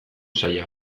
saila